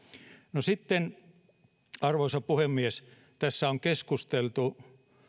arvoisa puhemies sitten on keskusteltu